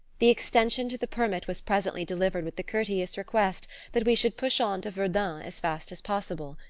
the extension to the permit was presently delivered with the courteous request that we should push on to verdun as fast as possible,